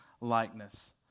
likeness